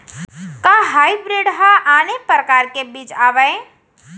का हाइब्रिड हा आने परकार के बीज आवय?